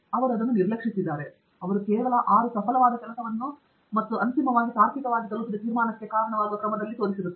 ಅವರು ನಿರ್ಲಕ್ಷಿಸಿ ಅವರು ಕೇವಲ 6 ಆ ಕೆಲಸವನ್ನು ಮತ್ತು ಅದನ್ನು ಅಂತಿಮವಾಗಿ ತಾರ್ಕಿಕವಾಗಿ ತಲುಪಿದ ತೀರ್ಮಾನಕ್ಕೆ ಕಾರಣವಾಗುವ ಕ್ರಮದಲ್ಲಿ ತೋರಿಸುತ್ತಾರೆ